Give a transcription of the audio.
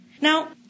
Now